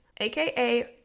aka